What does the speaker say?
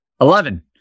Eleven